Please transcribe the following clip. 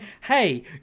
hey